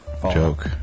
joke